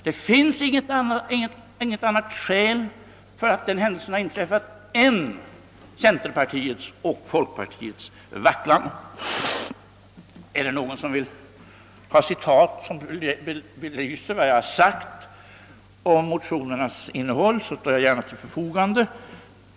Det finns inte något annat skäl till att den händelsen har inträffat än centerpartiets och folkpartiets vacklan. Är det någon som vill ha citat som belyser vad jag sagt om motionernas innehåll, står jag gärna till förfogande.